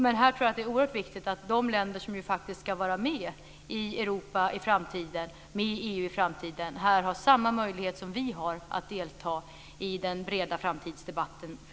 Men jag tror att det är oerhört viktigt att de länder som faktiskt ska vara med i Europa och i EU i framtiden har samma möjlighet som vi har att delta i den breda framtidsdebatten för